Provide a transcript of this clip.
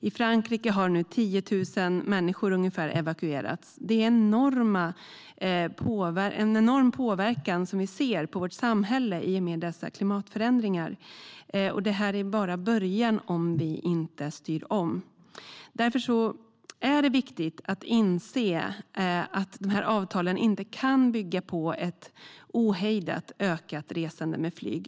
I Frankrike har nu ungefär 10 000 människor evakuerats. Vi ser en enorm påverkan på vårt samhälle i och med dessa klimatförändringar. Och detta är bara början, om vi inte styr om. Det är därför viktigt att inse att dessa avtal inte kan bygga på ett ohejdat ökat resande med flyg.